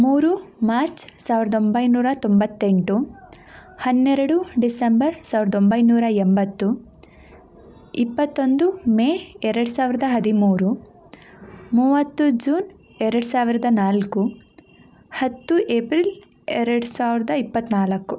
ಮೂರು ಮಾರ್ಚ್ ಸಾವಿರದ ಒಂಬೈನೂರ ತೊಂಬತ್ತೆಂಟು ಹನ್ನೆರಡು ಡಿಸೆಂಬರ್ ಸಾವಿರದ ಒಂಬೈನೂರ ಎಂಬತ್ತು ಇಪ್ಪತ್ತೊಂದು ಮೇ ಎರಡು ಸಾವಿರದ ಹದಿಮೂರು ಮೂವತ್ತು ಜೂನ್ ಎರಡು ಸಾವಿರದ ನಾಲ್ಕು ಹತ್ತು ಏಪ್ರಿಲ್ ಎರಡು ಸಾವಿರದ ಇಪ್ಪತ್ತು ನಾಲ್ಕು